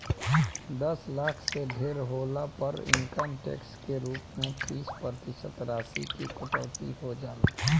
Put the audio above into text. दस लाख से ढेर होला पर इनकम टैक्स के रूप में तीस प्रतिशत राशि की कटौती हो जाला